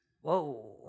Whoa